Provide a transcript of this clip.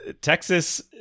Texas